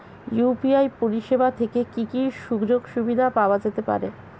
UPI পরিষেবা থেকে কি কি সুযোগ সুবিধা পাওয়া যেতে পারে?